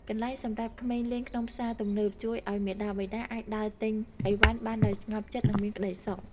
កន្លែងសម្រាប់ក្មេងលេងក្នុងផ្សារទំនើបជួយឱ្យមាតាបិតាអាចដើរទិញអីវ៉ាន់បានដោយស្ងប់ចិត្តនិងមានក្តីសុខ។